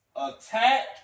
Attack